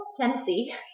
Tennessee